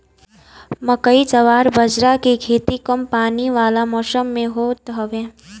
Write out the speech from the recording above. मकई, जवार बजारा के खेती कम पानी वाला मौसम में होत हवे